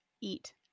eat